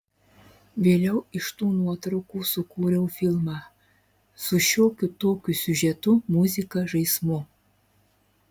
vėliau iš tų nuotraukų sukūriau filmą su šiokiu tokiu siužetu muzika žaismu